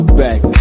back